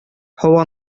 һава